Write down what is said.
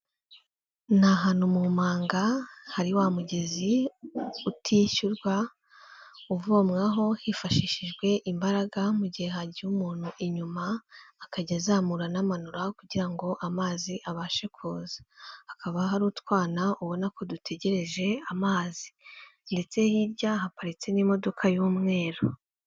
Ni ahantu mu manga hari wa mugezi utishyurwa, uvomwaho hifashishijwe imbaraga mu gihe hagiye umuntu inyuma akajya azamura anamanura kugira ngo amazi abashe kuza, hakaba hari utwana ubona ko dutegereje amazi ndetse hirya haparitse n'imodoka y'umweru.